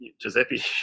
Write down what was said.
Giuseppe